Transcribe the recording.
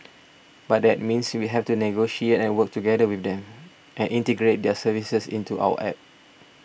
but that means we have to negotiate and work together with them and integrate their services into our App